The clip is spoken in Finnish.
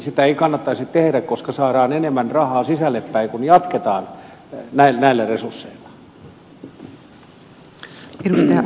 sitä ei kannattaisi tehdä koska saadaan enemmän rahaa sisälle päin kun jatketaan näillä resursseilla